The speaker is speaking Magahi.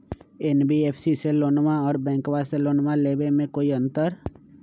एन.बी.एफ.सी से लोनमा आर बैंकबा से लोनमा ले बे में कोइ अंतर?